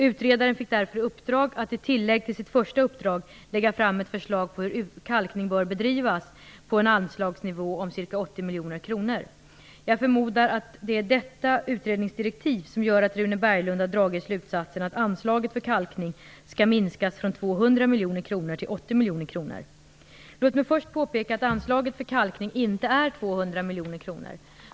Utredaren fick därför i uppdrag att i tillägg till sitt första uppdrag lägga fram ett förslag på hur kalkning bör bedrivas på en anslagsnivå om ca 80 miljoner kronor. Jag förmodar att det är detta utredningsdirektiv som gör att Rune Berglund har dragit slutsatsen att anslaget för kalkning skall minskas från 200 miljoner kronor till 80 miljoner kronor. Låt mig först påpeka att anslaget för kalkning inte är 200 miljoner kronor.